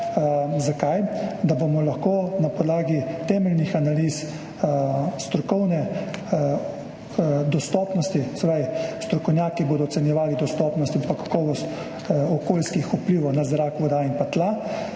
Zakaj? Da bomo lahko na podlagi temeljnih analiz strokovne dostopnosti, se pravi, strokovnjaki bodo ocenjevali dostopnost in pa kakovost okoljskih vplivov na zrak, vodo in pa